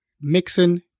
mixing